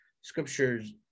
scriptures